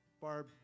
Barb